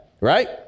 right